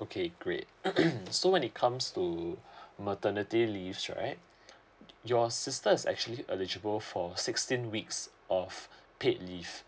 okay great mm so when it comes to maternity leaves right your sister is actually eligible for sixteen weeks of paid leave